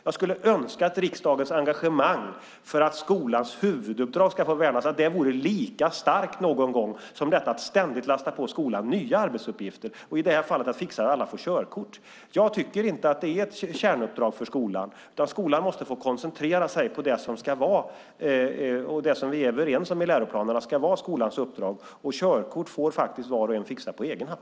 Jag skulle önska att riksdagens engagemang för att skolans huvuduppdrag ska värnas vore lika starkt någon gång som det är när det gäller att ständigt lasta på skolan nya arbetsuppgifter, och i det här fallet att fixa att alla får körkort. Jag tycker inte att det är ett kärnuppdrag för skolan, utan skolan måste få koncentrera sig på det som vi är överens om i läroplanerna ska vara skolans uppdrag. Körkort får faktiskt var och en fixa på egen hand.